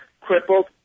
crippled